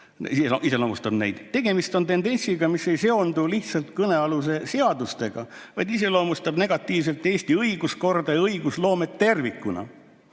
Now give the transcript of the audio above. iseloomustab neid, tegemist on tendentsiga, mis ei seondu lihtsalt kõnealuse seadustega, vaid iseloomustab negatiivselt Eesti õiguskorda ja õigusloomet tervikuna.